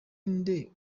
nde